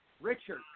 Richard